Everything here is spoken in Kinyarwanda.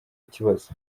ikibazo